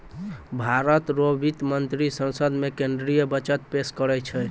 भारत रो वित्त मंत्री संसद मे केंद्रीय बजट पेस करै छै